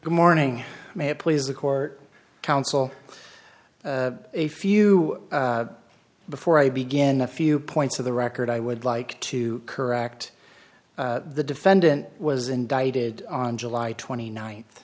the morning may please the court counsel a few before i begin a few points of the record i would like to correct the defendant was indicted on july twenty ninth